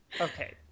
Okay